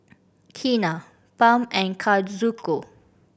Keena Pam and Kazuko